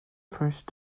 first